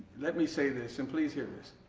let me say this and please here this.